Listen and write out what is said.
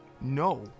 No